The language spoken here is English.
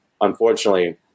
unfortunately